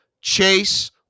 Chase